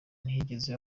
ntiyigeze